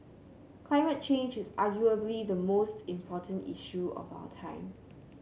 climate change is arguably the most important issue of our time